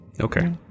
Okay